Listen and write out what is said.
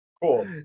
Cool